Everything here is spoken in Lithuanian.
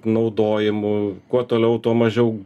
naudojimu kuo toliau tuo mažiau